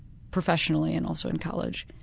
professionally and also in college,